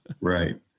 Right